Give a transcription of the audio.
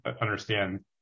understand